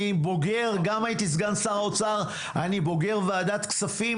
אני הייתי סגן שר האוצר ואני בוגר ועדת הכספים.